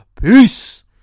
peace